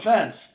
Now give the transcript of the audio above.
offense